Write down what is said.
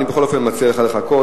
אני בכל אופן מציע לך לחכות,